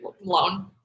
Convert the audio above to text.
loan